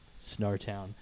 Snowtown